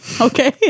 Okay